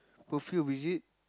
perfume is it